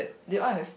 they all have